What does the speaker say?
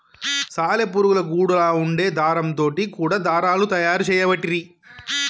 సాలె పురుగుల గూడులా వుండే దారం తోటి కూడా దారాలు తయారు చేయబట్టిరి